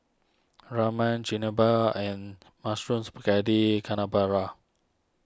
Ramen Chigenabe and Mushroom Spaghetti Carbonara